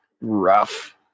rough